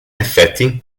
effetti